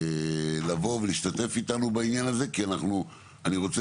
לבוא ולהשתתף איתנו בעניין הזה כי אני רוצה